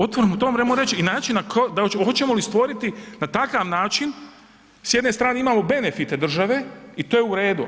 Otvoreno to moramo reći i način, hoćemo li stvoriti na takav način s jedne strane imamo benefite države i to je u redu.